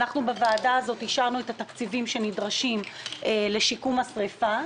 אנחנו בוועדה אישרנו את התקציבים שנדרשים לשיקום השריפה.